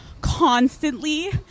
constantly